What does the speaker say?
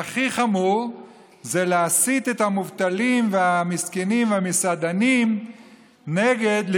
והכי חמור זה להסית את המובטלים והמסכנים והמסעדנים נגד,